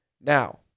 Now